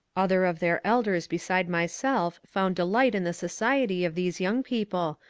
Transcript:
other of their elders beside myself found delight in the society of these young people,